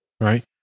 right